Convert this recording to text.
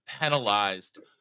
penalized